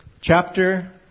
Chapter